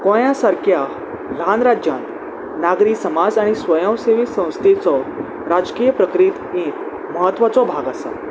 गोंया सारक्या ल्हान राज्यांत नागरी समाज आनी स्वयं सेवी संस्थेचो राजकीय प्रकृीत एक म्हत्वाचो भाग आसा